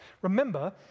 Remember